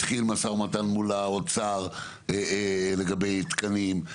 התחיל משא ומתן מול האוצר לגבי תקנים,